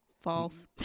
False